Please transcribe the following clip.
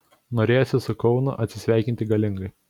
norėjosi su kaunu atsisveikinti galingai